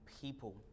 people